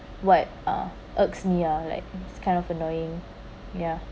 what uh irks me ah like it's kind of annoying ya